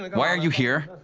why are you here?